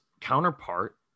counterpart